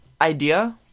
idea